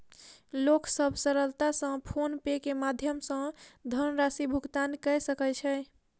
लोक सभ सरलता सॅ फ़ोन पे के माध्यम सॅ धनराशि भुगतान कय सकै छै